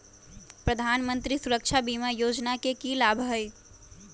प्रधानमंत्री सुरक्षा बीमा योजना के की लाभ हई?